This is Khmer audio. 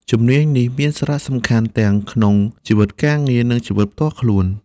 ជំនាញនេះមានសារៈសំខាន់ទាំងក្នុងជីវិតការងារនិងជីវិតផ្ទាល់ខ្លួន។